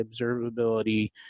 observability